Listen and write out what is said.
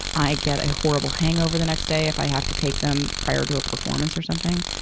i get a horrible hangover the next day, if i have to take them prior to a performance or something.